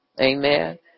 Amen